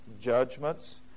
judgments